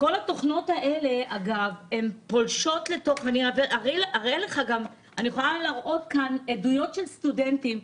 כל התוכנות האלה פולשות ואני יכולה להראות כאן עדויות של סטודנטים.